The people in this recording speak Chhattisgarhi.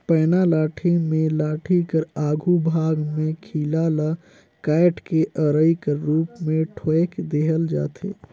पैना लाठी मे लाठी कर आघु भाग मे खीला ल काएट के अरई कर रूप मे ठोएक देहल जाथे